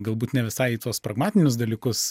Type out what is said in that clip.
galbūt ne visai į tuos pragmatinius dalykus